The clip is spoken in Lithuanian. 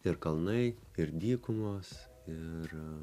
ir kalnai ir dykumos ir